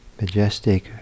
majestic